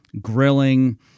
grilling